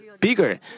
bigger